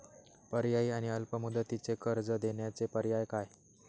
पर्यायी आणि अल्प मुदतीचे कर्ज देण्याचे पर्याय काय?